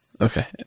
Okay